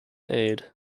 aid